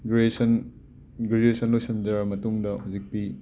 ꯒ꯭ꯔꯦꯁꯟ graduation ꯂꯣꯏꯁꯤꯟꯖꯔꯕ ꯃꯇꯨꯡꯗ ꯍꯨꯖꯤꯛꯇꯤ